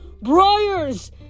Briars